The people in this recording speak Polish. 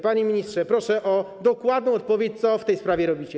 Panie ministrze, proszę o dokładną odpowiedź, co w tej sprawie robicie.